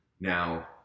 Now